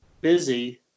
busy